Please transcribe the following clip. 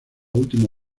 última